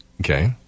Okay